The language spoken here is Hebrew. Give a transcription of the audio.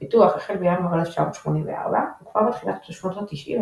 הפיתוח החל בינואר 1984 וכבר בתחילת שנות ה־90,